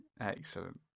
Excellent